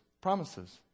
Promises